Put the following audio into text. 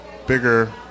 Bigger